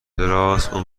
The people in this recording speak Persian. راست، اون